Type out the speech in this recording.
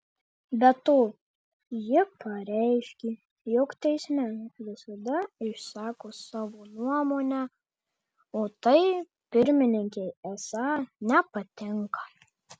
be to ji pareiškė jog teisme visada išsako savo nuomonę o tai pirmininkei esą nepatinka